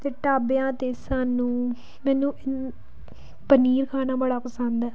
ਅਤੇ ਢਾਬਿਆਂ 'ਤੇ ਸਾਨੂੰ ਮੈਨੂੰ ਪਨੀਰ ਖਾਣਾ ਬੜਾ ਪਸੰਦ ਹੈ